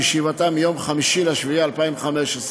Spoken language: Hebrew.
בישיבתה ביום 5 ביולי 2015,